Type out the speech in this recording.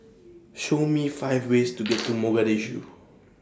Show Me five ways to get to Mogadishu